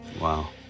Wow